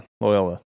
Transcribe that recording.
Loyola